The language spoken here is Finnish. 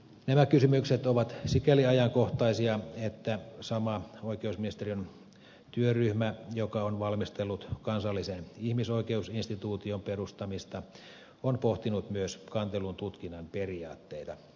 nämä kysymykset ovat sikäli ajankohtaisia että sama oikeusministeriön työryhmä joka on valmistellut kansallisen ihmisoikeusinstituution perustamista on pohtinut myös kantelun tutkinnan periaatteita